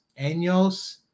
años